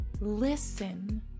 listen